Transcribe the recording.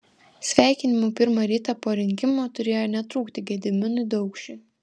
sveikinimų pirmą rytą po rinkimų turėjo netrūkti gediminui daukšiui